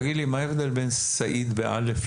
תגיד לי, מה ההבדל בין סעיד לסאיד?